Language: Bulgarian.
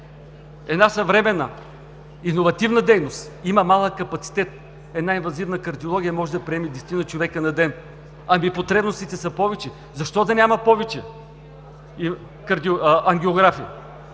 една съвременна иновативна дейност има малък капацитет. Една инвазивна кардиология може да приеме десетина човека на ден, но потребностите са повече. Защо да няма повече ангиографии?